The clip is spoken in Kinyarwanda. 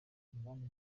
inganda